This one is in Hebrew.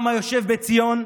העם היושב בציון,